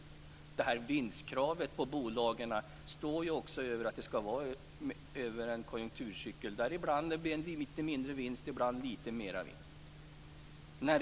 När det gäller vinstkravet på bolagen står det ju att det ska vara över en konjunkturcykel där det ibland blir en lite mindre vinst och ibland en lite större vinst.